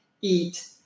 eat